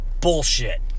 bullshit